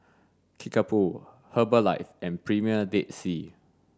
Kickapoo Herbalife and Premier Dead Sea